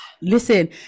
Listen